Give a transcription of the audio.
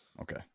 okay